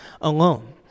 alone